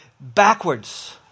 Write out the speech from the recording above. backwards